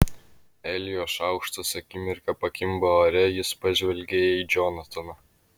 elijo šaukštas akimirką pakimba ore jis pažvelgia į džonataną